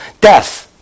death